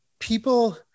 People